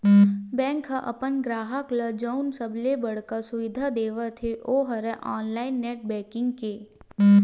bank ह अपन गराहक ल जउन सबले बड़का सुबिधा देवत हे ओ हरय ऑनलाईन नेट बेंकिंग के